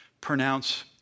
pronounce